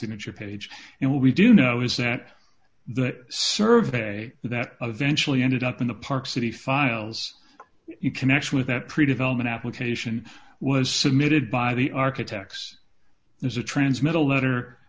signature page and what we do know is that that survey that eventually ended up in the park city files you can actually that pre development application was submitted by the architects there's a transmetal letter